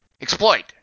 Exploit